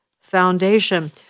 Foundation